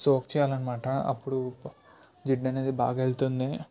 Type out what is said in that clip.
soak చేయాలి అన్నమాట అప్పుడు జిడ్డు అనేది బాగా వెళ్తుంది